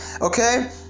Okay